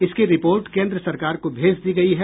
इसकी रिपोर्ट केन्द्र सरकार को भेज दी गयी है